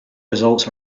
results